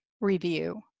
review